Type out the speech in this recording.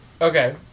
Okay